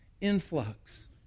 influx